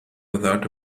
without